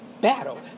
battle